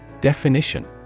Definition